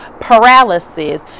paralysis